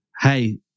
hey